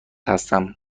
هستم